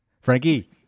Frankie